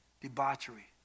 debauchery